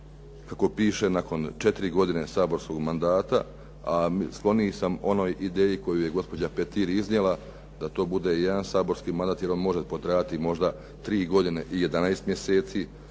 kako piše nakon četiri godine saborskog mandata a skloniji sam onoj ideji koju je gospođa Petir iznijela da to bude jedan saborski mandat jer on može potrajati možda 3 godine i 11 mjeseci.